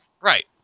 Right